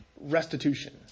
restitution